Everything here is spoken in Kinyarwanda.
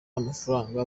amafaranga